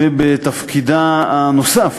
ובתפקידה הנוסף,